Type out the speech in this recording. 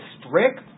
strict